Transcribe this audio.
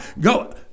Go